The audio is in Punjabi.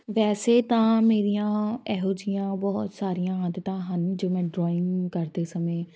ਵੈਸੇ ਤਾਂ ਮੇਰੀਆਂ ਇਹੋ ਜਿਹੀਆਂ ਬਹੁਤ ਸਾਰੀਆਂ ਆਦਤਾਂ ਹਨ ਜੋ ਮੈਂ ਡਰੋਇੰਗ ਕਰਦੇ ਸਮੇਂ